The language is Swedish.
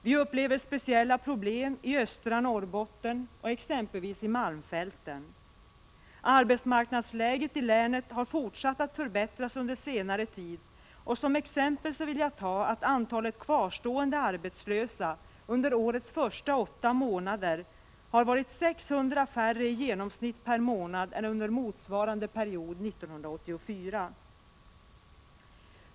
Vi upplever speciella problem i östra Norrbotten och exempelvis i malmfälten. Arbetsmarknadsläget i länet har dock fortsatt att förbättras under senare tid, och som exempel kan jag nämna att antalet kvarstående arbetslösa under årets första åtta månader har varit 600 lägre i genomsnitt per månad än under motsvarande period 1984.